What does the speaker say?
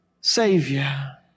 Savior